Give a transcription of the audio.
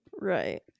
Right